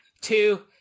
two